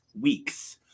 weeks